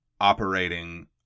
operating